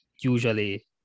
usually